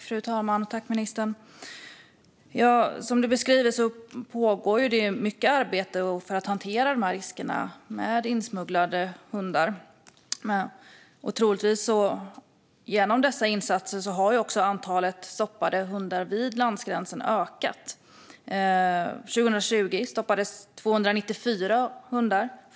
Fru talman! Som ministern beskriver pågår mycket arbete för att hantera riskerna med insmugglade hundar. Genom dessa insatser har troligtvis också antalet hundar som stoppats vid landsgränsen ökat. År 2020 stoppades 294 hundar.